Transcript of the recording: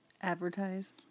Advertise